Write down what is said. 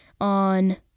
On